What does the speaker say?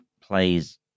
plays